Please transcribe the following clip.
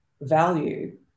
value